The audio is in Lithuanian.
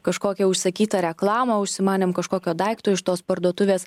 kažkokią užsakytą reklamą užsimanėm kažkokio daikto iš tos parduotuvės